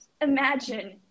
imagine